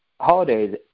holidays